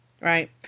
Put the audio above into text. Right